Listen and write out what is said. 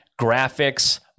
graphics